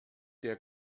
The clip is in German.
der